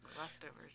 Leftovers